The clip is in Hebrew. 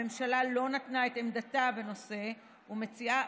הממשלה לא נתנה את עמדתה בנושא והמציעה